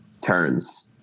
turns